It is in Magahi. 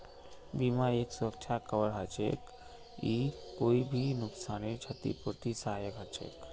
बीमा एक सुरक्षा कवर हछेक ई कोई भी नुकसानेर छतिपूर्तित सहायक हछेक